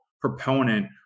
proponent